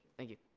thank you.